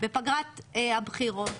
בפגרת הבחירות,